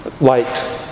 Light